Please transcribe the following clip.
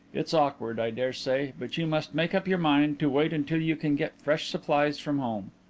it's awkward, i dare say, but you must make up your mind to wait until you can get fresh supplies from home.